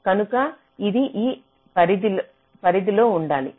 కనుక ఇది ఆ పరిధిలో ఉండాలి